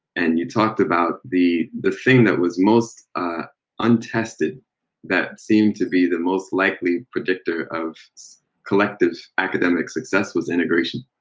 and you talked about the the thing that was most untested that seemed to be the most likely predictor of collective academic success was integration,